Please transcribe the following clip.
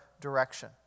direction